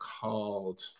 called